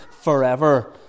forever